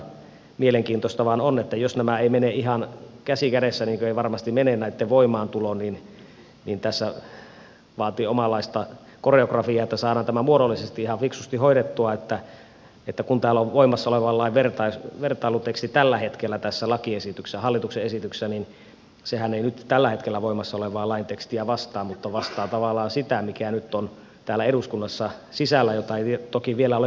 mielenkiintoista vain on että jos näiden voimaantulot eivät mene ihan käsi kädessä niin kuin eivät varmasti mene niin tässä vaatii omanlaistaan koreografiaa että saadaan tämä muodollisesti ihan fiksusti hoidettua että kun täällä on voimassa olevan lain vertailuteksti tällä hetkellä tässä lakiesityksessä hallituksen esityksessä niin sehän ei nyt tällä hetkellä voimassa olevaa lain tekstiä vastaa mutta vastaa tavallaan sitä mikä nyt on täällä eduskunnassa sisällä mutta jota ei toki vielä ole hyväksytty